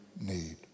need